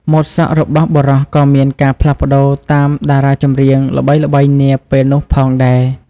ម៉ូដសក់របស់បុរសក៏មានការផ្លាស់ប្ដូរតាមតារាចម្រៀងល្បីៗនាពេលនោះផងដែរ។